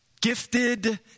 gifted